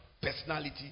personality